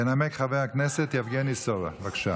ינמק חבר הכנסת יבגני סובה, בבקשה.